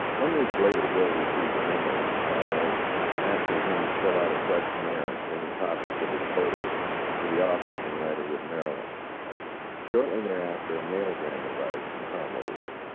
one week later bill received a memo from tom olsen asking him to fill out a questionnaire and send and copies of his photos to the office in riderwood, maryland shortly there after a mailgram arrived from tom olsen